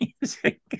music